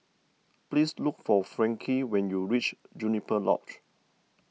please look for Frankie when you reach Juniper Lodge